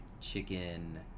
Chicken